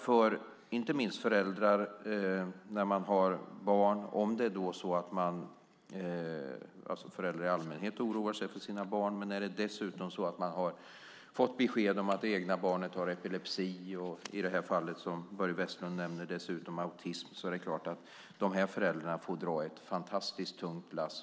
Föräldrar i allmänhet oroar sig för sina barn, men har man dessutom fått besked om att det egna barnet har epilepsi och, i det fall som Börje Vestlund nämner, dessutom autism får de här föräldrarna dra ett mycket tungt lass.